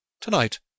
Tonight